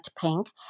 pink